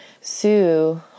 Sue